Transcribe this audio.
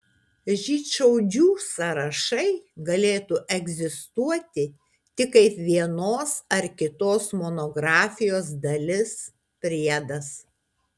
žydšaudžių sąrašai galėtų egzistuoti tik kaip vienos ar kitos monografijos dalis priedas